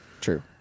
true